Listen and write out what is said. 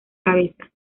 cabeza